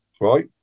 right